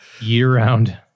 year-round